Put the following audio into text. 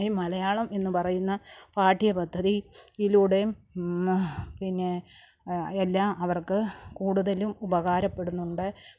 ഈ മലയാളം എന്ന് പറയുന്ന പാഠ്യപദ്ധതി യിലൂടെ പിന്നേ എല്ലാം അവർക്ക് കൂടുതലും ഉപകാരപ്പെടുന്നുണ്ട്